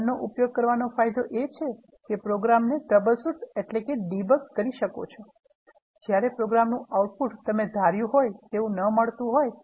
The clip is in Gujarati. રન નો ઉપયોગ કરવાનો ફાયદો એ છે કે પ્રોગ્રામ ને troubleshoot or debug કરી શકો છો જ્યારે પ્રોગ્રામનુ આઉટપુટ તમે ધાર્યુ હોય તેવુ ના મળતુ હોય